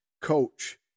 coach